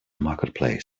marketplace